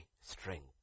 strength